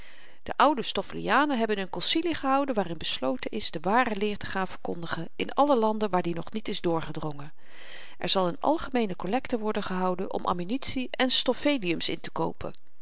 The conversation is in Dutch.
de oude stoffelianen hebben n concilie gehouden waarin besloten is de ware leer te gaan verkondigen in alle landen waar die nog niet is doorgedrongen er zal n algemeene kollekte worden gehouden om ammunitie en stofféliums intekoopen